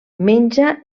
menja